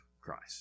Christ